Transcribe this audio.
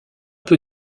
peu